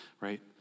right